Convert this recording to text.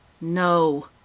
no